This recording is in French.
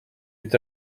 eut